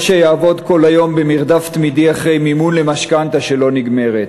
או שיעבוד כל היום במרדף תמידי אחרי מימון למשכנתה שלא נגמרת.